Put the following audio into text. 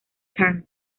khan